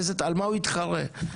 על מה הוא יתחרה?